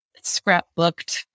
scrapbooked